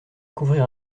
couvrir